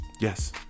Yes